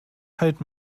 halt